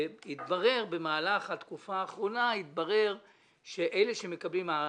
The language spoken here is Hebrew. ובמהלך התקופה האחרונה התברר שהרנטה